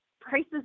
prices